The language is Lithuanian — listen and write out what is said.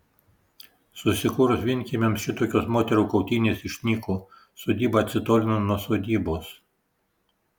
susikūrus vienkiemiams šitokios moterų kautynės išnyko sodyba atsitolino nuo sodybos